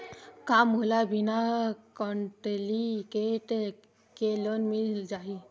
का मोला बिना कौंटलीकेट के लोन मिल जाही?